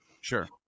Sure